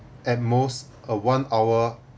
at most a one hour